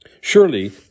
Surely